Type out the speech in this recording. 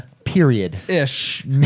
Period-ish